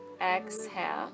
exhale